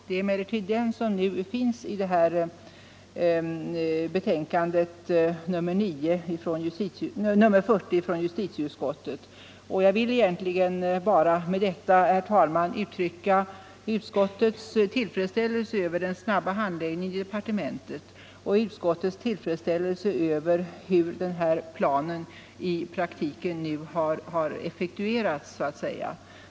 Det är emellertid den som nu behandlas i betänkande nr 40 från justitieutskottet. Jag vill med detta, herr talman, egentligen bara uttrycka utskottets tillfredsställelse över den snabba handläggningen i departementet och det sätt på vilket denna plan i praktiken har effektuerats.